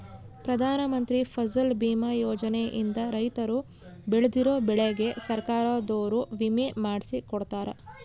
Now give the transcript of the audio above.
ಪ್ರಧಾನ ಮಂತ್ರಿ ಫಸಲ್ ಬಿಮಾ ಯೋಜನೆ ಇಂದ ರೈತರು ಬೆಳ್ದಿರೋ ಬೆಳೆಗೆ ಸರ್ಕಾರದೊರು ವಿಮೆ ಮಾಡ್ಸಿ ಕೊಡ್ತಾರ